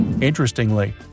Interestingly